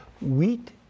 Wheat